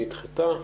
הרוויזיה נדחתה.